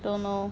don't know